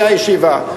והיתה ישיבה.